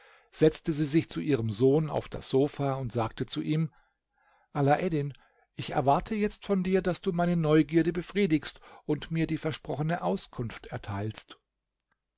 setzte sie sich zu ihrem sohn auf das sofa und sagte zu ihm alaeddin ich erwarte jetzt von dir daß du meine neugierde befriedigst und mir die versprochene auskunft erteilst